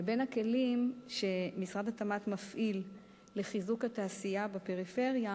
בין הכלים שמשרד התמ"ת מפעיל לחיזוק התעשייה בפריפריה